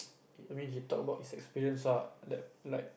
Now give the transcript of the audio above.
I mean he talk about his experience lah li~ like